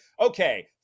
okay